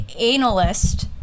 analyst